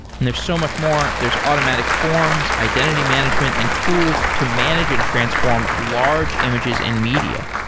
and there's so much more. there's automatic forms, identity management and tools to manage and transform large images and media.